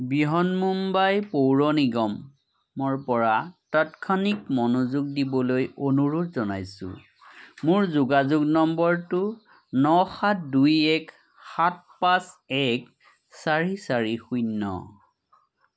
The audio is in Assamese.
বৃহন্মুম্বাই পৌৰ নিগমৰপৰা তাৎক্ষণিক মনোযোগ দিবলৈ অনুৰোধ জনাইছোঁ মোৰ যোগাযোগ নম্বৰটো ন সাত দুই এক সাত পাঁচ এক চাৰি চাৰি শূন্য